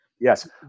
Yes